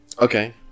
Okay